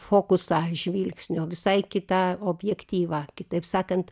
fokusą žvilgsnio visai kitą objektyvą kitaip sakant